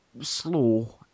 slow